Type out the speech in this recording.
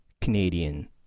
Canadian